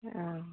ആഹ്